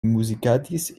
muzikadis